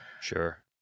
Sure